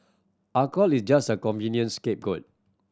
alcohol is just a convenient scapegoat